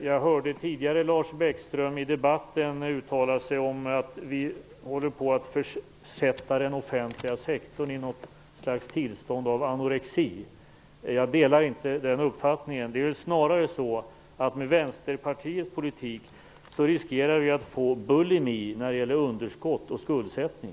Jag hörde Lars Bäckström tidigare i debatten uttala att vi håller på att försätta den offentliga sektorn i något slags tillstånd av anorexi. Jag delar inte den uppfattningen. Det är snarare så att vi med Vänsterpartiets politik riskerar att få bulimi när det gäller underskott och skuldsättning.